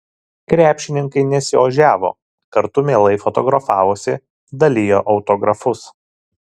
krepšininkai nesiožiavo kartu mielai fotografavosi dalijo autografus